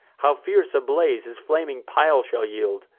how fierce a blaze his flaming pile shall yield!